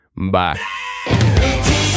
Bye